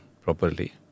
properly